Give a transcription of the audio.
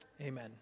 Amen